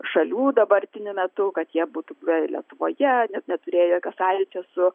šalių dabartiniu metu kad jie būtų buvę lietuvoje net neturėję jokio sąlyčio su